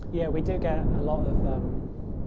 yeah we get a lot of um